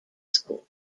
school